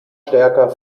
stärker